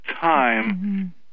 time